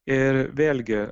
ir vėlgi